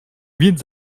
więc